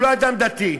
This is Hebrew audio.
הוא לא אדם דתי,